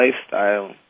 lifestyle